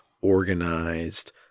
organized